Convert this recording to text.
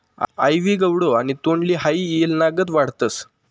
आइवी gourd आणि तोंडली हाई येलनागत वाढतस